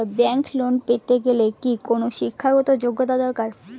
Bank loan পেতে কি কোনো শিক্ষা গত যোগ্য দরকার?